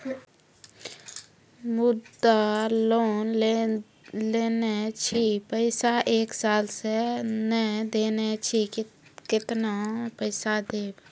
मुद्रा लोन लेने छी पैसा एक साल से ने देने छी केतना पैसा देब?